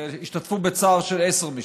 והשתתפו בצער של עשר משפחות.